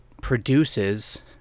produces